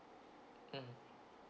mm